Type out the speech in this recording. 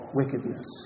wickedness